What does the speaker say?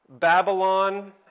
Babylon